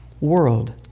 world